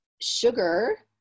sugar